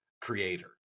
creator